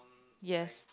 yes